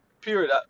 period